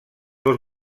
dos